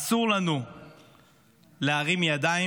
אסור לנו להרים ידיים.